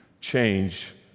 change